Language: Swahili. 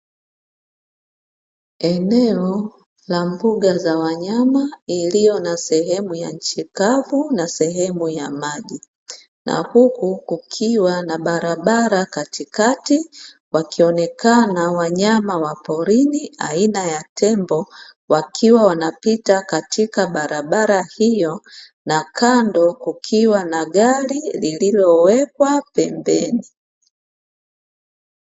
Eneo la mbuga za wanyama, iliyo na sehemu ya nchi kavu na sehemu ya maji na huku kukiwa na barabara katikati, wakionekana wanyama wa porini aina ya tembo, wakiwa wanapita katika barabara hiyo na kando kukiwa na gari lililowekwa pembeni.